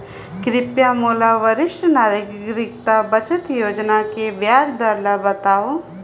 कृपया मोला वरिष्ठ नागरिक बचत योजना के ब्याज दर बतावव